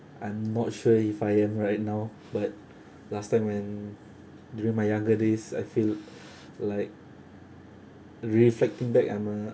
I'm not sure if I am right now but last time when during my younger days I feel like reflecting back I'm a